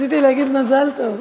רציתי להגיד מזל טוב.